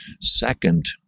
Second